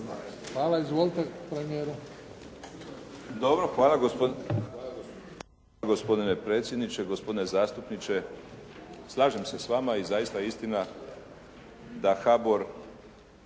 **Sanader, Ivo (HDZ)** Dobro. Hvala gospodine predsjedniče. Gospodine zastupniče slažem se s vama i zaista je istina da HABOR